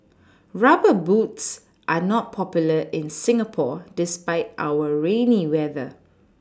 rubber boots are not popular in Singapore despite our rainy weather